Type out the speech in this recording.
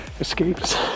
escapes